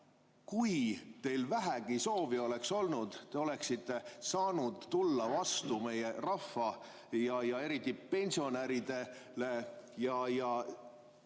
Kui teil vähegi soovi oleks olnud, te oleksite saanud tulla vastu meie rahvale ja eriti pensionäridele